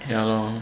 ya lor